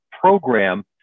program